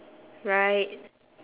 right